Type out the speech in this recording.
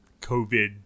COVID